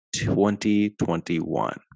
2021